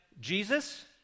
Jesus